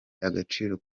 agaciro